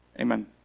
Amen